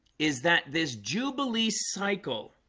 is that this jubilee cycle?